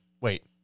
wait